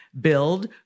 Build